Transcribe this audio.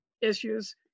issues